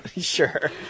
Sure